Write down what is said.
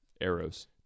Arrows